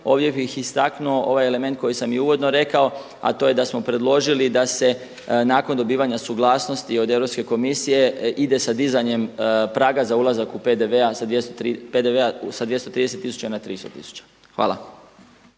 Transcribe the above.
ovdje bih istaknuo ovaj element koji sam i uvodno rekao a to je da smo predložili da se nakon dobivanja suglasnosti od Europske komisije ide sa dizanjem praga za ulazak u PDV sa 230 na 300 tisuća. Hvala.